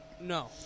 No